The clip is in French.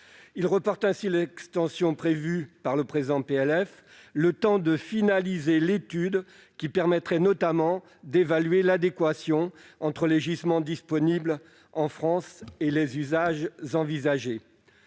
à reporter l'extension prévue par le PLF, le temps de finaliser l'étude qui permettrait notamment d'évaluer l'adéquation entre les gisements disponibles en France et les usages envisagés.